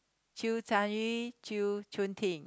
Chew-Chan-Yu Chew-Chun-Ting